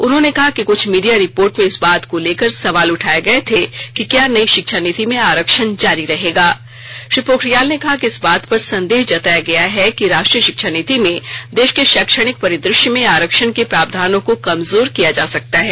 उन्होंने कहा कि कुछ मीडिया रपिोर्ट में इस बात को लेकर सवाल उठाये गये थे कि क्या नई शिक्षा नीति में आरक्षण जारी रहेगा श्री पोखरियाल ने कहा कि इस बात पर संदेह जताया गया है कि राष्ट्रीय शिक्षा नीति में देश के शैक्षणिक परिदृश्य में आरक्षण के प्रावधानों को कमजोर किया जा सकता है